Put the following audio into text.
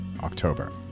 October